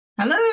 hello